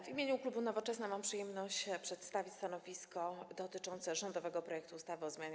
W imieniu klubu Nowoczesna mam przyjemność przedstawić stanowisko dotyczące rządowego projektu ustawy o zmianie